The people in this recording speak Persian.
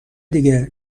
دیگه